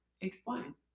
Explain